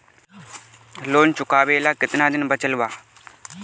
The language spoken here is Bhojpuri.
लोन चुकावे ला कितना दिन बचल बा?